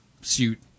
suit